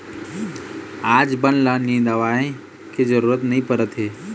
आज बन ल निंदवाए के जरूरत नइ परत हे